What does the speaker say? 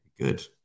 Good